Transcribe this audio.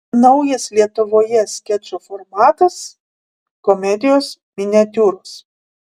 naujas lietuvoje skečo formatas komedijos miniatiūros